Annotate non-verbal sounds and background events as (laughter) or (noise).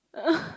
uh (laughs)